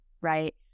right